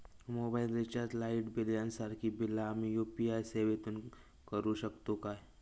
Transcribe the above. Mobile recharge, light bill यांसारखी बिला आम्ही यू.पी.आय सेवेतून करू शकतू काय?